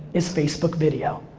is facebook video.